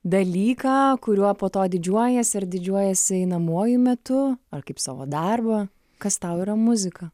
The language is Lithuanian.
dalyką kuriuo po to didžiuojiesi ar didžiuojiesi einamuoju metu ar kaip savo darbą kas tau yra muzika